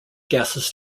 gases